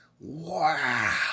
Wow